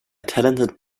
talented